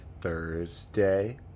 Thursday